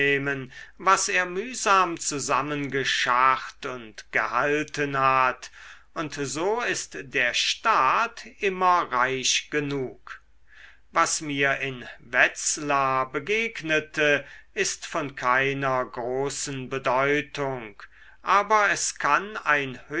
was er mühsam zusammengescharrt und gehalten hat und so ist der staat immer reich genug was mir in wetzlar begegnete ist von keiner großen bedeutung aber es kann ein